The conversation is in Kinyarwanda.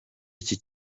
iki